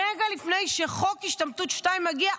רגע לפני שחוק השתמטות שתיים מגיע,